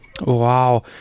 Wow